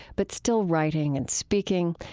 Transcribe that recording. but still writing and speaking.